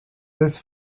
this